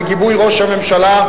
בגיבוי ראש הממשלה,